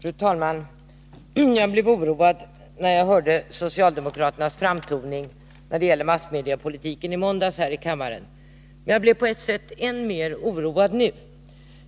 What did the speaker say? Fru talman! Jag blev oroad när jag i måndags här i kammaren hörde socialdemokraternas framtoning när det gäller massmediepolitiken. Jag blev på ett sätt än mer oroad nu.